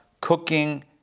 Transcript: cooking